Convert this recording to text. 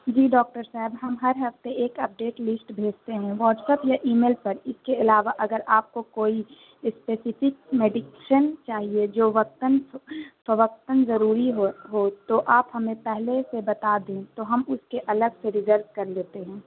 جی doctor صاحب ہم ہر ہفتے ایک اپڈیٹ لسٹ بھیجتے ہیں واٹسپ یا ای میل پر اس کے علاوہ اگر آپ کو کوئی اسپیسفک میڈیشن چاہیے جو وقتاً فوقتاً ضروری ہو ہو تو آپ ہمیں پہلے سے بتا دیں تو ہم اس کے الگ سے ریزرو کر لیتے ہیں